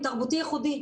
הוא תרבותי-ייחודי.